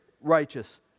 righteous